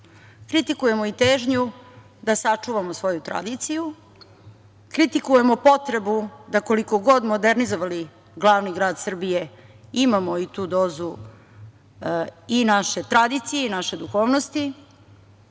Kritikujemo i težnju da sačuvamo svoju tradiciju, kritikujemo potrebu da, koliko god modernizovali glavni grad Srbije, imamo i tu dozu naše tradicije i naše duhovnosti,